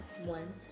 One